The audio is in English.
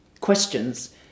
questions